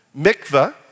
mikvah